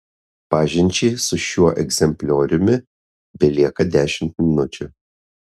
pažinčiai su šiuo egzemplioriumi belieka dešimt minučių